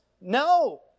No